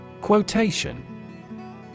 Quotation